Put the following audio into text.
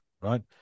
right